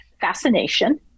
fascination